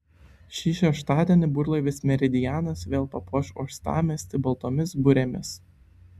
šį šeštadienį burlaivis meridianas vėl papuoš uostamiestį baltomis burėmis